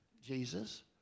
Jesus